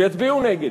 ויצביעו נגד.